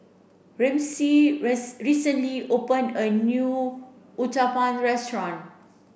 Ramsey recently opened a new Uthapam restaurant